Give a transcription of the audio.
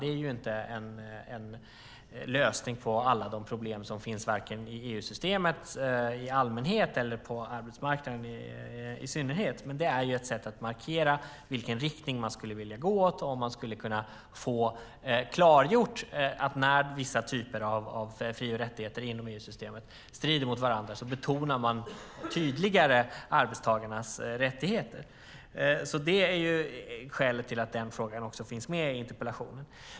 Det är inte en lösning på alla de problem som finns, varken i EU-systemet i allmänhet eller på arbetsmarknaden i synnerhet, men det är ett sätt att markera i vilken riktning man skulle vilja gå och om man skulle kunna få klargjort att när vissa typer av fri och rättigheter inom EU-systemet strider mot varandra så betonar man tydligare arbetstagarnas rättigheter. Det är skälet till att den frågan också finns med i interpellationen.